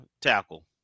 tackle